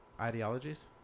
ideologies